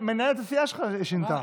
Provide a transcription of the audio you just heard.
מנהלת הסיעה שלך שינתה.